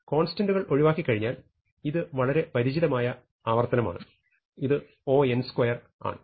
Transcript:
കോൺസ്റ്റന്റുകൾ ഒഴിവാക്കി കഴിഞ്ഞാൽ ഇത് വളരെ പരിചിതമായ ആവർത്തനമാണ് ഇത് O ആണ്